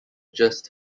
just